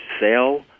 sell